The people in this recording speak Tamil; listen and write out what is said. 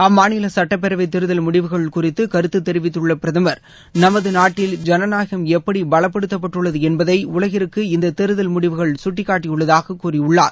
அம்மாநில சுட்டப்பேரவை தோதல் முடிவுகள் குறித்து கருத்து தெரிவித்துள்ள பிரதம் நமது நாட்டில் ஜனநாயகம் எப்படி பலப்படுத்தப்பட்டுள்ளது என்பதை உலகிற்கு இந்த தேர்தல் முடிவுகள் சுட்டிக்காட்டியுள்ளதாக கூறியுள்ளார்